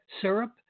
syrup